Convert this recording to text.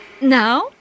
Now